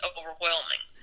overwhelming